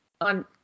on